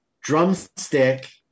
Drumstick